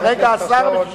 כרגע השר משיב.